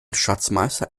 schatzmeister